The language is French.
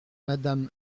madame